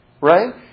right